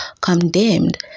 condemned